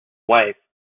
wife